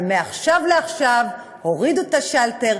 אבל מעכשיו לעכשיו הורידו את השלטר,